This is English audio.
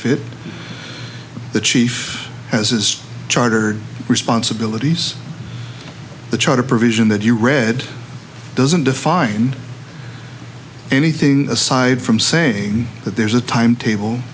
fit the chief has is chartered responsibilities the charter provision that you read doesn't define anything aside from saying that there's a time table